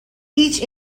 each